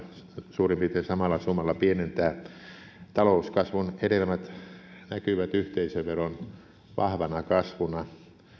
suurin piirtein samalla summalla pienentää talouskasvun hedelmät näkyvät yhteisöveron vahvana kasvuna